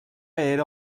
era